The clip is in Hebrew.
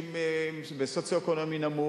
רשויות במצב סוציו-אקונומי נמוך,